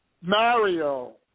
Mario